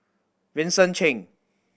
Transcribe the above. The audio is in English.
Vincent Cheng